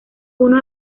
uno